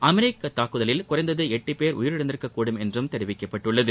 அமெரிக்க தாக்குதலில் குறைந்தது எட்டு பேர் உயிரிழந்திருக்கக் கூடும் என்றும் தெரிவிக்கப்பட்டுள்ளது